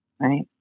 Right